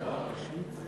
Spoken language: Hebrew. מהצד, להעיר את ההערה.